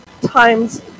times